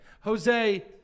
Jose